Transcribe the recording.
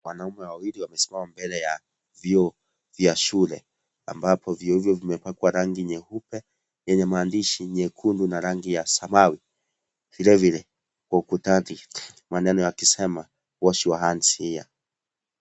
Wanaume wawili wamesimama mbele ya vyoo vya shule ambapo vyoo hivyo vimepakwa rangi nyeupe yenye maaandishi nyekundu na rangi ya samawi , vile vile kwa ukutani maneno yakisema wash your hands here .